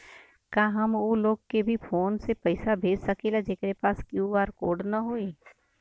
का हम ऊ लोग के भी फोन से पैसा भेज सकीला जेकरे पास क्यू.आर कोड न होई?